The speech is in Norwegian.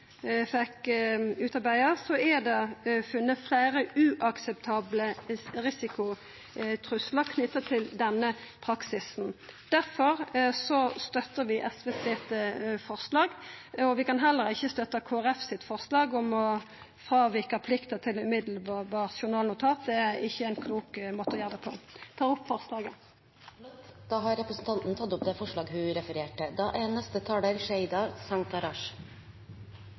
fekk utarbeidd, er det funne fleire uakseptable risikotruslar knytt til denne praksisen. Difor støttar vi forslaget frå SV. Vi kan ikkje støtta forslaget frå Kristeleg Folkeparti om å fråvika plikta til «umiddelbar journalføring». Det er ikkje ein klok måte å gjera det på. Eg tek opp forslaget frå Senterpartiet og SV. Representanten Kjersti Toppe har tatt opp det forslaget hun refererte til. Barn er